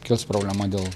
kils problema dėl